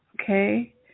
Okay